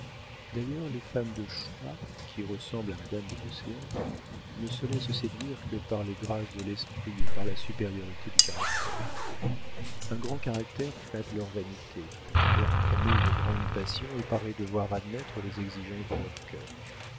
d'ailleurs les femmes de choix qui ressemblent à madame de beauséant ne se laissent séduire que par les grâces de l'esprit et par la supériorité du caractère un grand caractère flatte leur vanité leur promet une grande passion et paraît devoir admettre les exigences de leur cœur